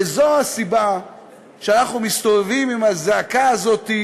וזו הסיבה שאנחנו מסתובבים עם הזעקה הזאת,